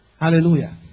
Hallelujah